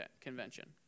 convention